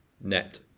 net